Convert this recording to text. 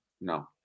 No